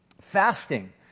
fasting